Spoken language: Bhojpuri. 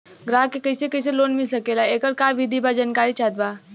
ग्राहक के कैसे कैसे लोन मिल सकेला येकर का विधि बा जानकारी चाहत बा?